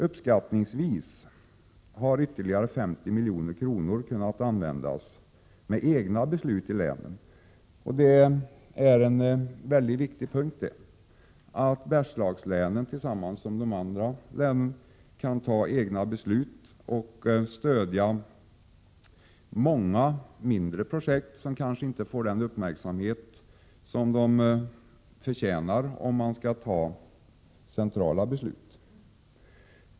Uppskattningsvis 50 milj.kr. har kunnat användas med egna beslut i länen, och det är viktigt att Bergslagslänen tillsammans med andra län får fatta egna beslut och stödja många mindre projekt som kanske inte skulle få den uppmärksamhet som de förtjänar vid centrala beslut.